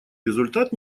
результат